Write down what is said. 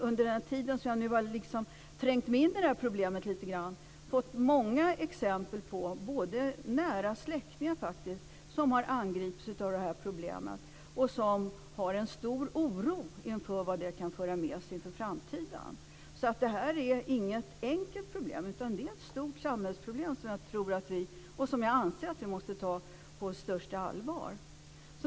Under den tid som jag har trängt in i problemet har jag fått många exempel på personer, bl.a. nära släktingar, som har angripits av detta problem och som känner en stor oro inför vad det kan föra med sig inför framtiden. Detta är inget enkelt problem. Det är ett stort samhällsproblem som jag anser att vi måste ta på största allvar.